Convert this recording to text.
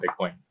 Bitcoin